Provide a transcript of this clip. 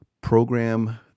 program